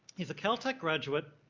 he's a caltech graduate.